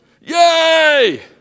yay